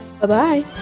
Bye-bye